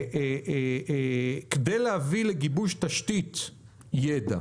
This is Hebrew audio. כדי להביא לגיבוש תשתית ידע.